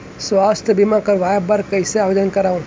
स्वास्थ्य बीमा करवाय बर मैं कइसे आवेदन करव?